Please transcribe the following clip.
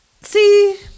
see